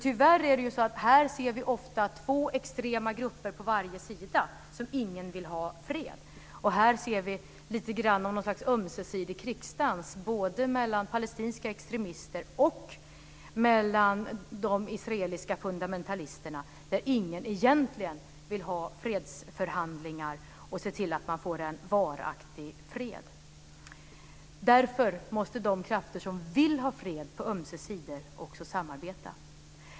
Tyvärr är det ju så att vi här ofta ser extrema grupper på båda sidor där ingen vill ha fred. Här ser vi lite grann av en sorts ömsesidig krigsdans mellan palestinska extremister och israeliska fundamentalister där ingen egentligen vill ha fredsförhandlingar och se till att man får en varaktig fred. Därför måste de krafter som vill ha fred på ömse sidor också samarbeta.